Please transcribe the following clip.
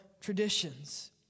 traditions